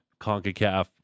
CONCACAF